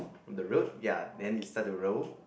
the road ya then it start to roll